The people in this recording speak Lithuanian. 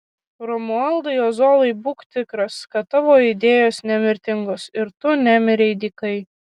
romualdai ozolai būk tikras kad tavo idėjos nemirtingos ir tu nemirei dykai